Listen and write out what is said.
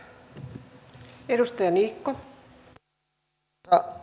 arvoisa rouva puhemies